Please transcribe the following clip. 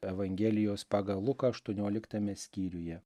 evangelijos pagal luką aštuonioliktame skyriuje